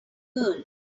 girl